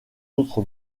autre